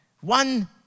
One